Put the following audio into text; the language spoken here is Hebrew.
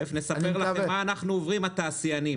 תיכף נספר לכם מה אנחנו התעשיינים עוברים.